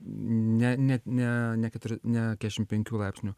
ne net ne neketuria ne keturiasdešimt penkių laipsnių